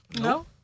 no